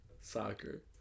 soccer